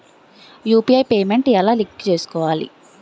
UPI payment ఎలా link చేసుకోవాలి?